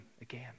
again